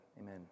Amen